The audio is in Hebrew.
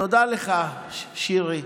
תודה לך, שירי.